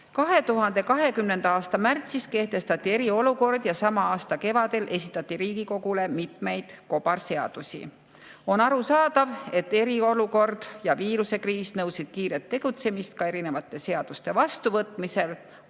2020. aasta märtsis kehtestati eriolukord ja sama aasta kevadel esitati Riigikogule mitmeid kobarseadusi. On arusaadav, et eriolukord ja viiruskriis nõudsid kiiret tegutsemist ka seaduste vastuvõtmisel,